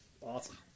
Awesome